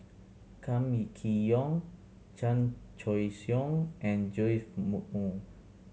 Kam Kee Yong Chan Choy Siong and Joash Moo